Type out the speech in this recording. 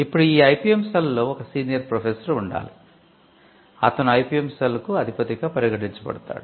ఇప్పుడు ఈ IPM cell కు అధిపతిగా పరిగణించబడతాడు